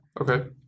okay